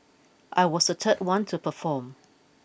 I was the third one to perform